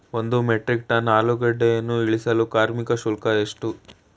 ಒಂದು metric ton ಆಲೂಗೆಡ್ಡೆಯನ್ನು ಇಳಿಸಲು ಕಾರ್ಮಿಕ ಶುಲ್ಕ ಎಷ್ಟು?